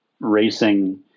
racing